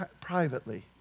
privately